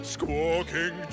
Squawking